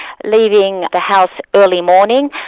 leaving the house early morning,